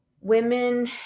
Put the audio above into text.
Women